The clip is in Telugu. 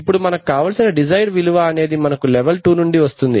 ఇప్పుడు మనకు కావలసిన డిజైర్డ్ విలువ అనేది మనకు లెవెల్ 2 నుండి వస్తుంది